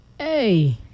Hey